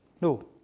no